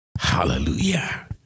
Hallelujah